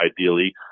Ideally